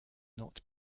not